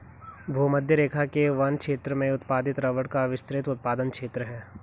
भूमध्यरेखा के वन क्षेत्र में उत्पादित रबर का विस्तृत उत्पादन क्षेत्र है